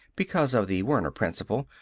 because of the werner principle.